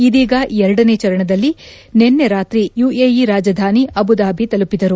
ಇದೀಗ ಎರಡನೇ ಚರಣದಲ್ಲಿ ನಿನ್ನೆ ರಾತ್ರಿ ಯುಎಇ ರಾಜಧಾನಿ ಅಬುಧಾಬಿ ತಲುಪಿದರು